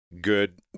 Good